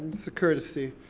it's a courtesy.